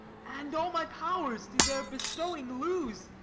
and all my powers do their bestowing lose,